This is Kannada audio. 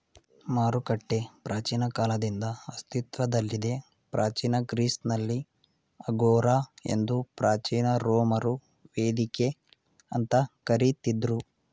ಮಾರುಕಟ್ಟೆ ಪ್ರಾಚೀನ ಕಾಲದಿಂದ ಅಸ್ತಿತ್ವದಲ್ಲಿದೆ ಪ್ರಾಚೀನ ಗ್ರೀಸ್ನಲ್ಲಿ ಅಗೋರಾ ಎಂದು ಪ್ರಾಚೀನ ರೋಮರು ವೇದಿಕೆ ಅಂತ ಕರಿತಿದ್ರು